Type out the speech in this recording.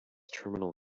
terminal